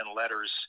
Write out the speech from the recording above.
letters